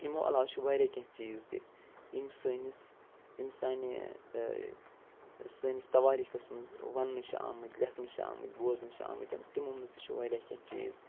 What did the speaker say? یِموعلاو چھِ واریاہ کیٚنٛہہ چیٖز تہِ یِم سٲنِس یِم سانہِ سٲنِس تواریٖخس منٛز ونٛنہٕ چھِ آمٕتۍ لٮ۪کھنہٕ چھِ آمٕتۍ بوزنہٕ چھِ آمٕتۍ تِمو منٛز تہِ چھِ وارِیاہ کیٚنٛہہ چیٖز